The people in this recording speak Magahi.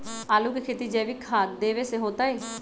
आलु के खेती जैविक खाध देवे से होतई?